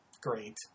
Great